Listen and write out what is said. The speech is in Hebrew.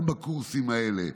גם בקורסים האלה